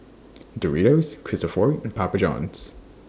Doritos Cristofori and Papa Johns